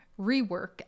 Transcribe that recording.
rework